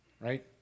right